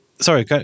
Sorry